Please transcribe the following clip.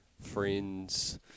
friends